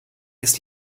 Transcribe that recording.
ist